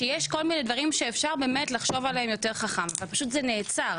שיש כל מיני דברים שאפשר באמת לחשוב עליהם יותר חכם אבל פשוט זה נעצר.